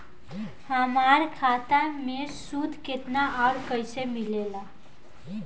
हमार खाता मे सूद केतना आउर कैसे मिलेला?